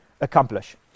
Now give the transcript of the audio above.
accomplish